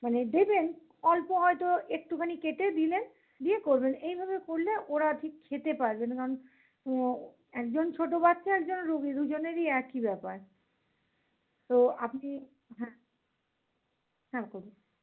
মানে দেবেন অল্প হয়তো একটুখানি কেটে দিলেন দিয়ে করবেন এইভাবে করলে ওরা ঠিক খেতে পারবে একজন ছোটো বাচ্চা একজন রুগী দুজনেরই একই ব্যাপার তো আপনি হ্যাঁ হ্যাঁ করুন